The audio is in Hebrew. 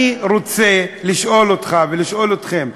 אני רוצה לשאול אותך ולשאול אתכם: